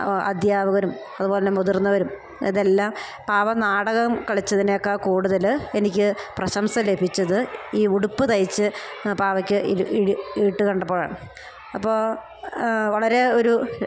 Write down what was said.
അധ്യാപകരും അതുപോലെതന്നെ മുതിർന്നവരും ഇതെല്ലാ പാവനാടകം കളിച്ചതിനേക്കാൾ കൂടുതൽ എനിക്ക് പ്രശംസ ലഭിച്ചത് ഈ ഉടുപ്പ് തയ്ച്ച് പാവയ്ക്ക് ഇത് ഇട്ടു കണ്ടപ്പോഴാണ് അപ്പോൾ വളരെ ഒരു